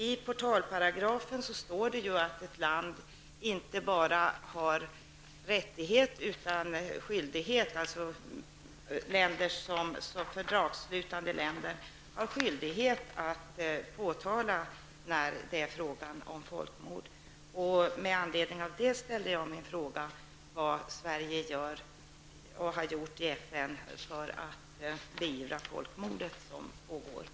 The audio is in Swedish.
I portalparagrafen står det att ett fördragsslutande land inte bara har rättigheter utan också skyldigheter att påtala folkmord. Det är med anledning av detta som jag har ställt frågan om vad Sverige har gjort och gör i FN för att beivra det folkmord som pågår i Irak.